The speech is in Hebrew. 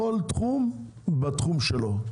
בכל תחום בתחום שלו.